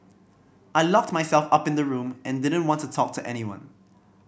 I locked myself up in the room and didn't want to talk to anyone